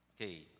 Okay